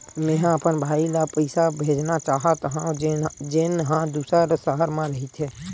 मेंहा अपन भाई ला पइसा भेजना चाहत हव, जेन हा दूसर शहर मा रहिथे